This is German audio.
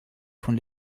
von